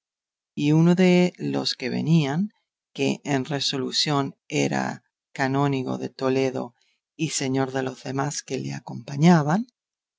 y uno de los que venían que en resolución era canónigo de toledo y señor de los demás que le acompañaban